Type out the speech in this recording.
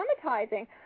traumatizing